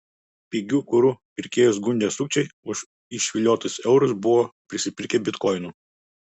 pigiu kuru pirkėjus gundę sukčiai už išviliotus eurus buvo prisipirkę bitkoinų